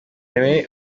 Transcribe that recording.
aime